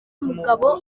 mugabo